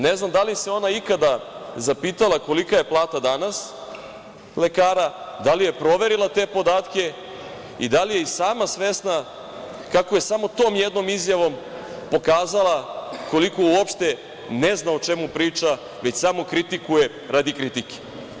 Ne znam da li se ona ikada zapitala kolika je plata danas lekara, da li je proverila te podatke i da li je sama svesna kako je samo tom jednom izjavom pokazala koliko uopšte ne zna o čemu priča već samo kritikuje radi kritike.